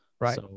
Right